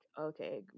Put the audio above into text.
okay